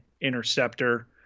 Interceptor